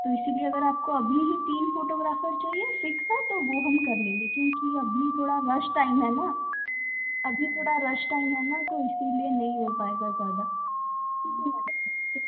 तो उसके लिए आपको अभी ही तीन फोटोग्राफर चाहिए ठीक है तो वो हम कर लेंगे क्योंकि अभी थोड़ा रस टाइम हैं न अभी थोड़ा रस टाइम है तो इसलिए नहीं हो पाएगा ज़्यादा ठीक है मैडम तो